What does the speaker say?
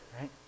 right